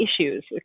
issues